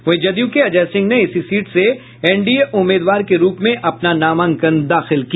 वहीं जदयू के अजय सिंह ने इसी सीट से एनडीए उम्मीदवार के रूप में अपना नामांकन दाखिल किया